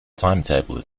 timetable